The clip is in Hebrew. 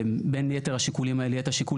ובין יתר השיקולים האלה יהיה את השיקול